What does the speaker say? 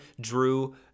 Drew